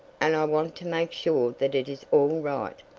and i want to make sure that it is all right.